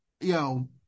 yo